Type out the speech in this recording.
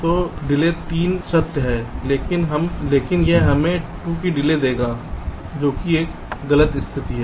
तो देरी 3 सत्य है लेकिन यह हमें 2 की डिले देगा जो कि गलत स्थिति है